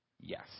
Yes